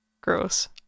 Gross